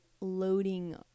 loading